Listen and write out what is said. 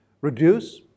reduce